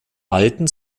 alten